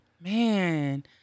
Man